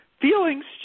feelings